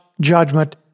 judgment